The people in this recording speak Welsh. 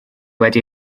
wedi